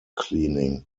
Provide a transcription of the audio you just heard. cleaning